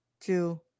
two